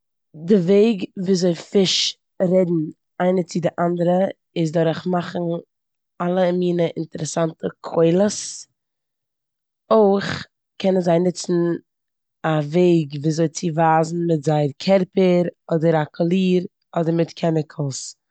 די וועג וויאזוי פיש רעדן איינער צו די אנדערע איז דורך מאכן אלע מינע אינטערעסאנטע קולות. אויך קענען זיי נוצן א וועג וויאזוי צו ווייזן מיט זייער קערפער, אדער א קאליר, אדער מיט קעמיקלס.